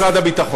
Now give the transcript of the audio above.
של משרד הביטחון.